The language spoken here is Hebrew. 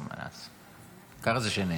נו, מה לעשות, ככה זה כשנהנים.